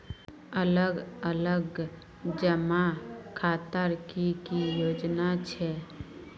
अलग अलग जमा खातार की की योजना छे?